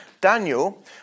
Daniel